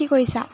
কি কৰিছা